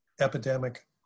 epidemic